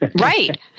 Right